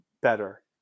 better